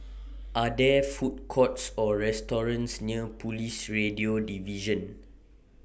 Are There Food Courts Or restaurants near Police Radio Division